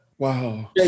Wow